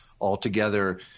altogether